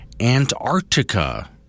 Antarctica